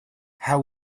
how